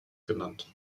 genannt